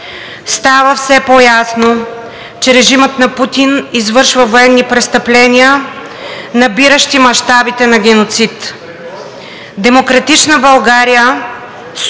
Става все по-ясно, че режимът на Путин извършва военни престъпления, набиращи мащабите на геноцид. „Демократична България“